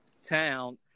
town